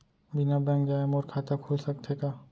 बिना बैंक जाए मोर खाता खुल सकथे का?